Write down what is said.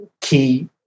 key